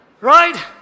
Right